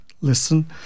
listen